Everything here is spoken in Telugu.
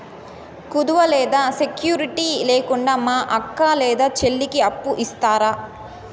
కుదువ లేదా సెక్యూరిటి లేకుండా మా అక్క లేదా చెల్లికి అప్పు ఇస్తారా?